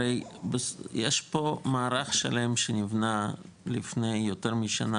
יש פה מערך שלהם שנבנה לפני יותר משנה,